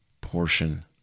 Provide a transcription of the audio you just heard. portion